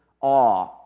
awe